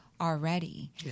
already